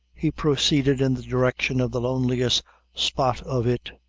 he proceeded in the direction of the loneliest spot of it,